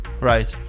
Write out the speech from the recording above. right